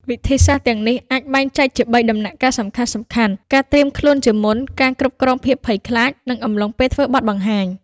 វិធីសាស្ត្រទាំងនេះអាចបែងចែកជាបីដំណាក់កាលសំខាន់ៗ ការត្រៀមខ្លួនជាមុន ការគ្រប់គ្រងភាពភ័យខ្លាច និងអំឡុងពេលធ្វើបទបង្ហាញ។